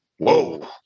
Whoa